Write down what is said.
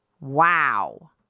Wow